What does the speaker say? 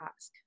ask